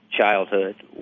childhood